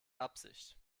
absicht